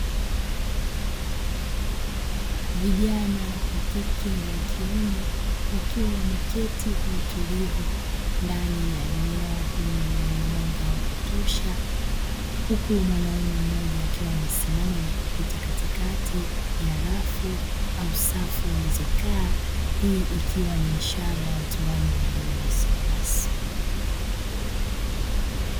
Vijana wa kike na wa kiume wakiwa wameketi kwa utulivu ndani ya eneo lenye mwanga wa kutosha huku mwanaume mmoja akiwa amesimama nakupita katikati ya rafu au safu walizokaa. Hii ikiwa ni ishara ya utoaji wa elimu isiyo rasmi.